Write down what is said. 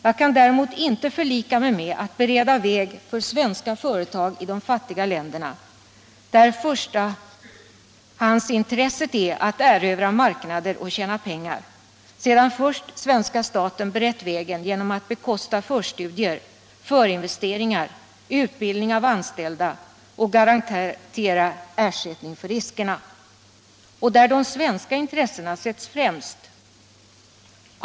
Jag kan däremot inte förlika mig med att man skulle bereda väg för svenska företag i de fattiga länderna när förstahandsintresset är att erövra marknader och tjäna pengar — sedan svenska staten först berett vägen genom att bekosta förstudier, förinvesteringar och utbildning av anställda samt garantera ersättning för riskerna — och de svenska intressena alltså sätts främst.